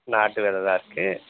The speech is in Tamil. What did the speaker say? நாட்டு விதை தான் இருக்குது